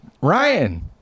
Ryan